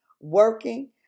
working